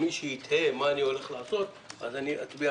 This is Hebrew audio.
אני שמח